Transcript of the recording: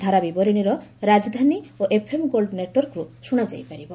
ଧାରାବିବରଣୀ ରାଜଧାନୀ ଓ ଏଫ୍ଏମ୍ ଗୋଲ୍ଡ ନେଟୱାର୍କରୁ ଶୁଣାଯାଇ ପାରିବ